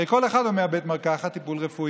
הרי כל אחד אומר: בית מרקחת, טיפול רפואי.